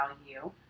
value